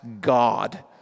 god